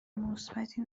مثبتی